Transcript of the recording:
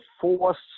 force